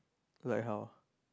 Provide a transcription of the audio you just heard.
like how